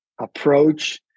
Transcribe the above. approach